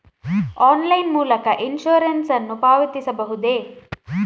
Online ಮೂಲಕ insurance ನ್ನು ಪಾವತಿಸಬಹುದೇ?